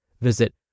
Visit